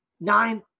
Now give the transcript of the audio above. nine